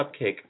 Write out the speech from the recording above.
cupcake